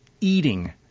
eating